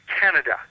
Canada